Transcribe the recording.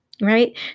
right